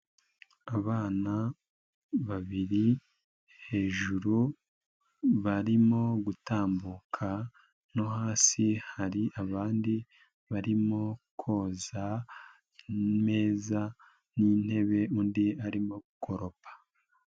Abana babiri, hejuru barimo gutambuka no hasi hari abandi barimo koza imeza n'intebe, undi arimo gukoropa.